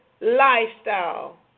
lifestyle